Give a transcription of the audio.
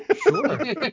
Sure